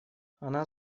она